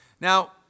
Now